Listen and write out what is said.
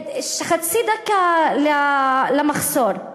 חצי דקה למחסור.